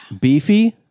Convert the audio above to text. beefy